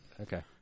okay